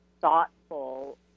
thoughtful